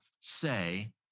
say